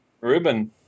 Ruben